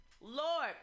lord